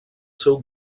seu